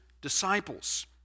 disciples